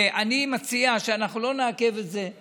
ואני מציע שאנחנו לא נעכב את זה,